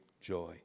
joy